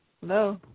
Hello